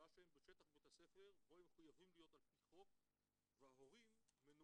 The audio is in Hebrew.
שעה שהם בשטח בית הספר בו הם מחויבים להיות על פי חוק וההורים מנועים,